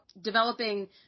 developing